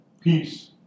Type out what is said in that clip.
Peace